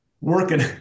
working